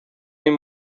این